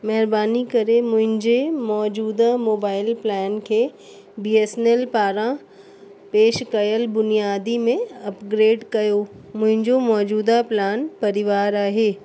महेरबानी करे मुंजे मौज़ूदह मोबाइल प्लैन खे बी एस एन एल पारां पेश कयल बुनियादी में अपग्रेड कयो मुइंजो मौज़ूदह प्लान परीवार आहे